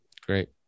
Great